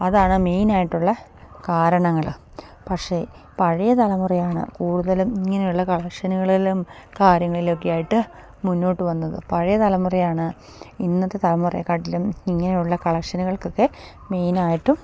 അതാണ് മെയിനായിട്ടുള്ള കാരണങ്ങൾ പക്ഷെ പഴയ തലമുറയാണ് കൂടുതലും ഇങ്ങനെയുള്ള കളക്ഷനുകളിലും കാര്യങ്ങളിലൊക്കെ ആയിട്ട് മുന്നോട്ട് വന്നത് പഴയ തലമുറയാണ് ഇന്നത്തെ തലമുറയെ കാട്ടിലും ഇങ്ങനെയുള്ള കളക്ഷനുകൾക്കൊക്കെ മെയിനായിട്ടും